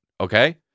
okay